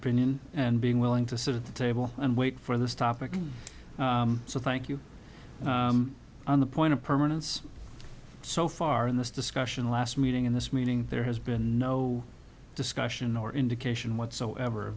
opinion and being willing to sit at the table and wait for this topic so thank you and the point of permanence so far in this discussion last meeting in this meeting there has been no discussion or indication whatsoever